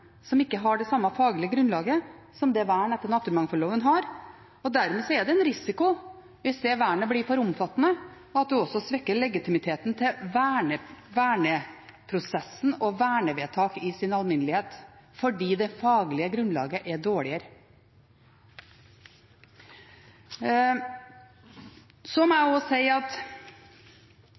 som ikke har det samme faglige grunnlaget som det vern etter naturmangfoldloven har, og dermed er det en risiko, hvis det vernet blir for omfattende, for at en også svekker legitimiteten til verneprosessen og vernevedtak i sin alminnelighet fordi det faglige grunnlaget er dårligere. Så må jeg også si at